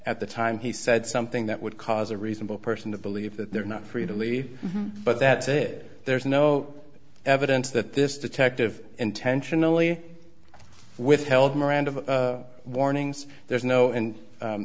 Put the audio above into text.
at the time he said something that would cause a reasonable person to believe that they're not free to leave but that there's no evidence that this detective intentionally withheld miranda warnings there's no